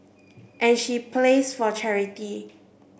and she plays for charity